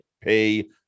pay